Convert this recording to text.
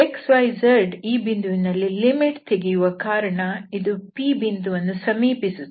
x y z ಈ ಬಿಂದುವಿನಲ್ಲಿ limit ತೆಗೆಯುವ ಕಾರಣ ಇದು P ಬಿಂದುವನ್ನು ಸಮೀಪಿಸುತ್ತದೆ